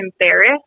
embarrassed